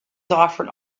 offered